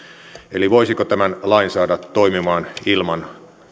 eli voisiko tämän lain saada toimimaan ilman